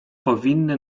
powinny